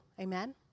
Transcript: Amen